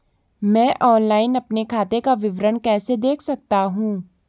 मैं ऑनलाइन अपने खाते का विवरण कैसे देख सकता हूँ?